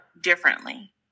differently